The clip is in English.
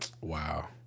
wow